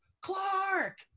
Clark